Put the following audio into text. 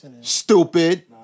Stupid